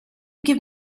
give